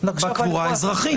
חלוקה למחוזות בקבורה האזרחית.